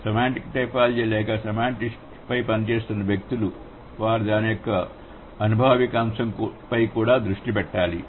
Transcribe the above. semantic typology లేదా సెమాంటిక్స్పై పనిచేస్తున్న వ్యక్తులు వారు దాని యొక్క అనుభావిక అంశంపై కూడా దృష్టి పెట్టాలి